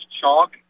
chalk